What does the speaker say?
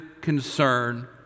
concern